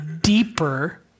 deeper